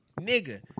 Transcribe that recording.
Nigga